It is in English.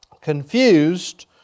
confused